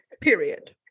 period